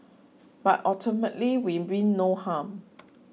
but ultimately we mean no harm